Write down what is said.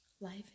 Life